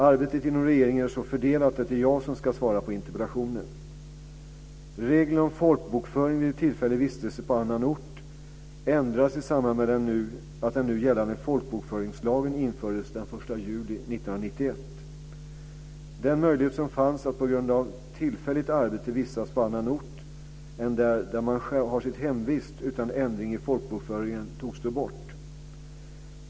Arbetet inom regeringen är så fördelat att det är jag som ska svara på interpellationen. Den möjlighet som fanns att på grund av tillfälligt arbete vistas på annan ort än den där man har sitt hemvist utan ändring i folkbokföringen togs då bort.